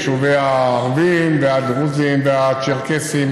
יישובי הערבים והדרוזים והצ'רקסים,